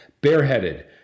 bareheaded